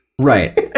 Right